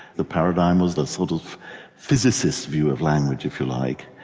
the paradigm was the sort of physicist's view of language if you like.